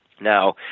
Now